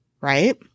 right